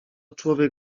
człowiek